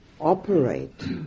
operate